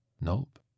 Nope